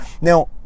Now